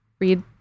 read